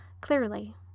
clearly